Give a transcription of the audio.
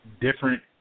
different